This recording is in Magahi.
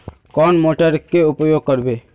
कौन मोटर के उपयोग करवे?